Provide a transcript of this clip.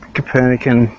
Copernican